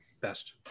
Best